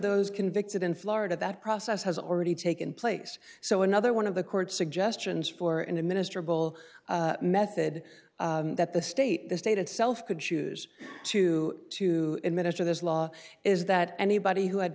those convicted in florida that process has already taken place so another one of the court suggestions for in a minister bull method that the state the state itself could choose to to administer this law is that anybody who had